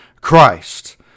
Christ